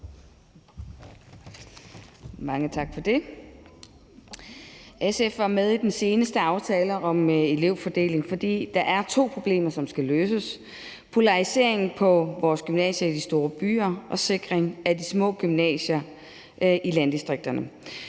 Mange tak for det. SF var med i den seneste aftale om elevfordelingen, fordi der er to problemer, som skal løses: polariseringen på vores gymnasier i de store byer og sikringen af de små gymnasier i landdistrikterne.